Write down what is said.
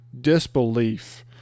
disbelief